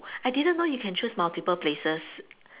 I didn't know you can choose multiple places